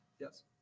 Yes